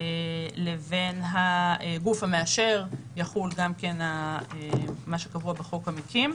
לבין הגוף המאשר, יחול מה שקבוע בחוק המקים.